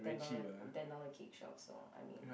ten dollar ten dollar cake shops or I mean